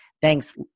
Thanks